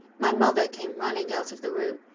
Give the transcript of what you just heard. my mother came running out of the room,